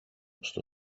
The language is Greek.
στο